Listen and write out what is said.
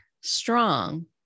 strong